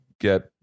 get